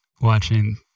watching